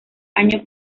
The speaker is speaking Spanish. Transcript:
año